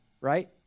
right